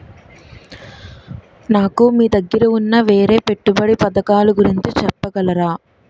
నాకు మీ దగ్గర ఉన్న వేరే పెట్టుబడి పథకాలుగురించి చెప్పగలరా?